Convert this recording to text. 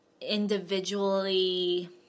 individually